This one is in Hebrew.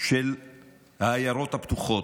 של העיירות הפתוחות,